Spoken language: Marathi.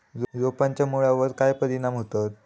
रोपांच्या मुळावर काय परिणाम होतत?